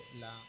la